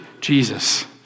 Jesus